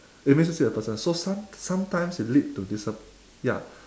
it makes you see the person so some~ sometimes it lead to disap~ ya